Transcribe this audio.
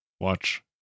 watch